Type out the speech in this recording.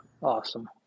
awesome